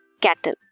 cattle